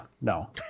no